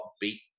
beat